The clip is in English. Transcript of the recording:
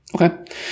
okay